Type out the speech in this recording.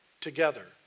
together